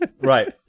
Right